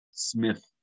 Smith